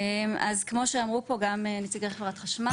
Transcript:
בבקשה.